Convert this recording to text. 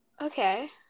Okay